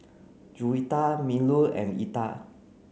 Juwita Melur and Eka